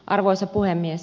arvoisa puhemies